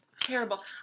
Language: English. Terrible